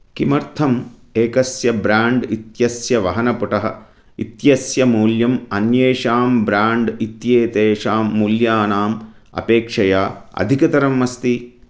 किमर्थम् एकस्य ब्राण्ड् इत्यस्य वहनपुटः इत्यस्य मूल्यम् अन्येषां ब्राण्ड् इत्येतेषां मूल्यानाम् अपेक्षया अधिकतरम् अस्ति